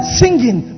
singing